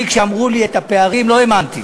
כשאמרו לי את הפערים, לא האמנתי,